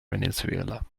venezuela